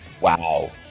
Wow